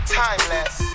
timeless